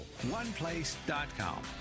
oneplace.com